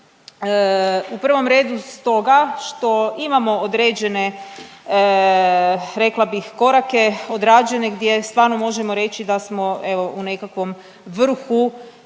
u prvom redu stoga što imamo određene, rekla bih, korake odrađene gdje stvarno možemo reći da smo evo u nekakvom vrhu